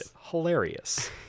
hilarious